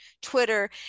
Twitter